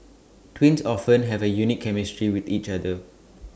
twins often have A unique chemistry with each other